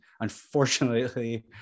unfortunately